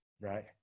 Right